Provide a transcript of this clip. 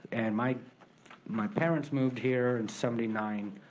and my my parents moved here in seventy nine,